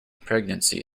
pregnancy